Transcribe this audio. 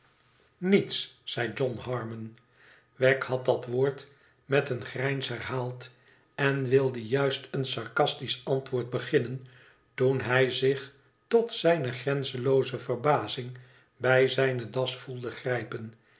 niets zei jo harmon wegg had dat woord met een grijns herhaald en wilde juist een sarcastisch antwoord beginnen toen hij zich tot zijne grenzenlooze verbazing bij zijne das voelde grijpen